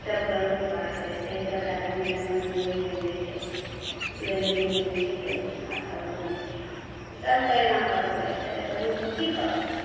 सभके लूटपाट करय छै दस आदमीसँ मजबूरी बनि जाइ छै गजेरी बनि जाइ छै चोर छिनार सभ बनि जाइ छै सभके एना करऽ पड़य छै तऽ गरीब लोग की करतय